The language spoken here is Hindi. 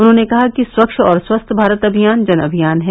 उन्होंने कहा कि स्वच्छ और स्वस्थ भारत अभियान जन अभियान है